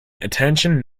attention